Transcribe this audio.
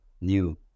new